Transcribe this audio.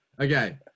Okay